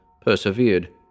persevered